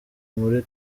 muri